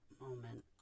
moment